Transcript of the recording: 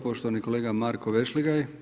Poštovani kolega Marko Vešligaj.